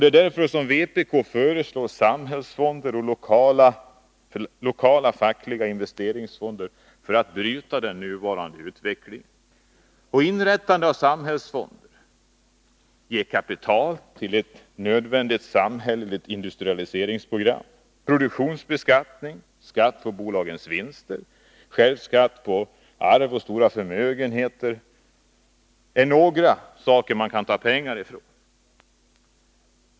Det är därför som vpk föreslår samhällsfonder och lokala fackliga investeringsfonder för att bryta den nuvarande utvecklingen. Inrättande av samhällsfonder ger kapital till ett nödvändigt samhälleligt industrialiseringsprogram. Produktionsbeskattning, skatt på bolagens vinster, skärpt skatt på arv och stora förmögenheter är några källor som man kan ta pengar ifrån.